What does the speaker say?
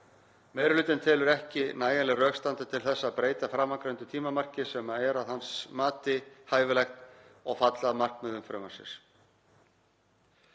Meiri hlutinn telur ekki nægjanleg rök standa til þess að breyta framangreindu tímamarki sem er að hans mati hæfilegt og falli að markmiðum frumvarpsins.